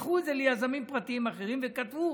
מכרו את זה ליזמים פרטיים אחרים וכתבו